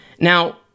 Now